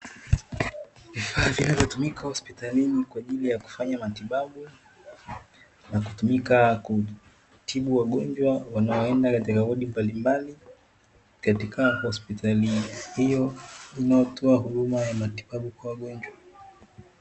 Vifaa vinavyotumika hospitalini kwa ajili ya kutoa matibabu na kutumika kutibu wagonjwa wanaenda katika wodi mbali mbali katika hospital hiyo inayotoa matibabu kwa wagonjwa.